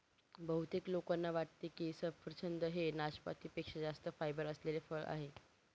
बहुतेक लोकांना वाटते की सफरचंद हे नाशपाती पेक्षा जास्त फायबर असलेले फळ आहे